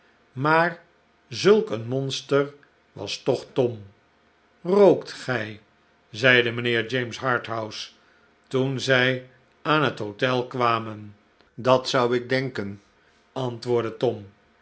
maar zulk een monster was toch tom eookt gij zeide mijnheer james harthouse toen zij aan het hotel kwamen dat zou ik denken antwoordde tom